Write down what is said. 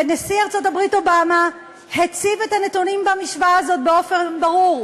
ונשיא ארצות-הברית אובמה הציב את הנתונים במשוואה הזאת באופן ברור.